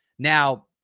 Now